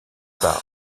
par